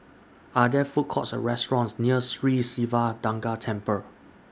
Are There Food Courts Or restaurants near Sri Siva Durga Temple